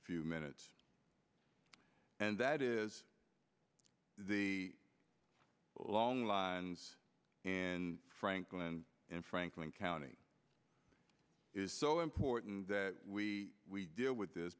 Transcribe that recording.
few minutes and that is the long lines and franklin in franklin county is so important that we deal with this